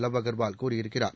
wow Agarwal கூறியிருக்கிறார்